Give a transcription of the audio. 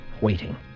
waiting